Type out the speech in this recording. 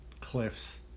cliffs